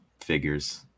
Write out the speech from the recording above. figures